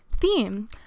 theme